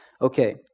okay